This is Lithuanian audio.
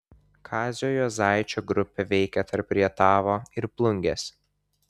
kazio juozaičio grupė veikė tarp rietavo ir plungės